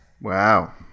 Wow